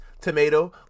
tomato